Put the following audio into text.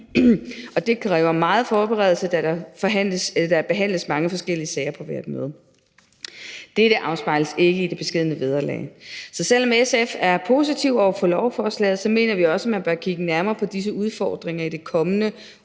og det kræver meget forberedelse, da der behandles mange forskellige sager på hvert møde. Dette afspejles ikke i de beskedne vederlag. Så selv om SF er positive over for lovforslaget, mener vi også, at man bør kigge nærmere på disse udfordringer i det kommende